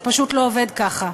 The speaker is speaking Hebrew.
זה פשוט לא עובד ככה.